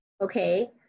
okay